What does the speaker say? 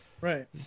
Right